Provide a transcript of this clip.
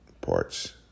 parts